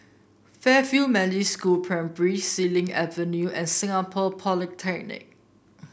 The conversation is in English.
Fairfield Methodist School Primary Xilin Avenue and Singapore Polytechnic